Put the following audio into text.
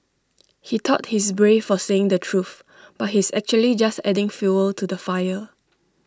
he thought he's brave for saying the truth but he's actually just adding fuel to the fire